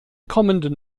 kommenden